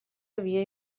havia